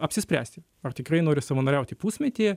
apsispręsti ar tikrai nori savanoriauti pusmetį